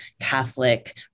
Catholic